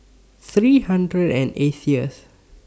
three hundred and eightieth